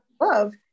love